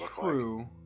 true